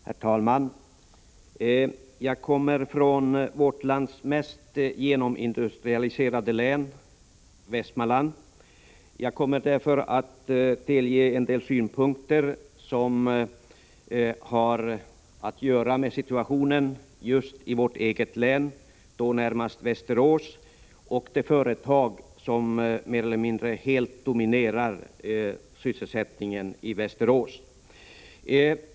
Herr talman! Jag kommer från vårt lands mest genomindustrialiserade län, Västmanland, och kommer därför att anföra en del synpunkter som har att göra med situationen i just mitt län, och då närmast Västerås, och i det företag som dominerar sysselsättningen i Västerås.